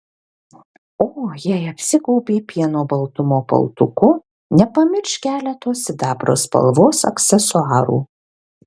o jei apsigaubei pieno baltumo paltuku nepamiršk keleto sidabro spalvos aksesuarų